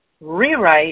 rewrite